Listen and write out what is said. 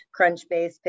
Crunchbase